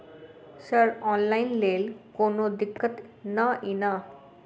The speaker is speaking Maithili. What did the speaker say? सर ऑनलाइन लैल कोनो दिक्कत न ई नै?